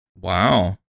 Wow